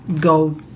go